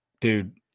Dude